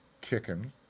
kicking